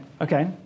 okay